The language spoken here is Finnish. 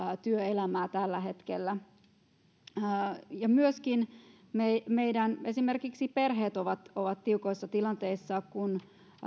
työelämää tällä hetkellä myöskin esimerkiksi meidän perheet ovat ovat tiukoissa tilanteissa kun